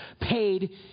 paid